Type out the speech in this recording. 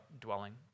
dwelling